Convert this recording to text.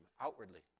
outwardly